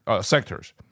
sectors